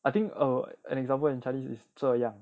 I think err an example in chinese is 这样